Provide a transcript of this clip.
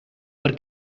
per